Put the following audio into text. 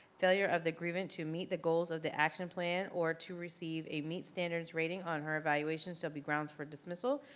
failure of the grievant to meet the goals of the action plan or to receive a meet standards rating on her evaluation shall be grounds for dismissal,